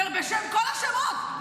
ובשם כל השמות,